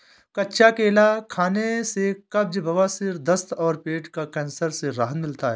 कच्चा केला खाने से कब्ज, बवासीर, दस्त और पेट का कैंसर से राहत मिलता है